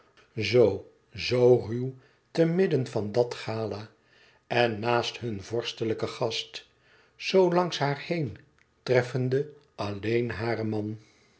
zoo ruw te midden van dat gala en naast hun vorstelijken gast zoo langs hàar heen treffende alleen haren man